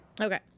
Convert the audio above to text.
Okay